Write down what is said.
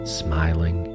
smiling